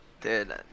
Dude